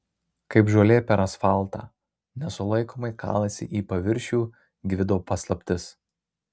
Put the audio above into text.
kaip žolė per asfaltą nesulaikomai kalasi į paviršių gvido paslaptis